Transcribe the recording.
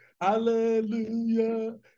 Hallelujah